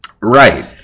Right